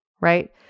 right